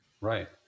Right